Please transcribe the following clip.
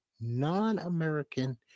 non-american